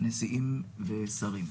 נשיאים ושרים.